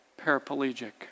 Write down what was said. paraplegic